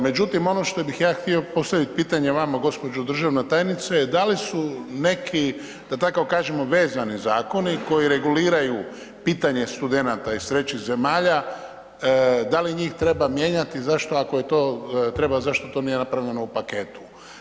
Međutim ono što bih ja htio postaviti pitanje vama gđo. državna tajnice je da li su neki da tako kažemo, vezani zakoni koji reguliraju pitanje studenata iz trećih zemalja, da li njih treba mijenjati, zašto ako to treba, zašto to nije napravljeno u paketu?